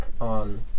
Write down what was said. on